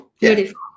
Beautiful